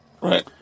right